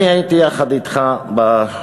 אני הייתי יחד אתך בשדולה